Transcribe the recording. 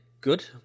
good